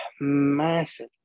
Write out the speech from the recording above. massive